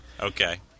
okay